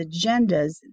agendas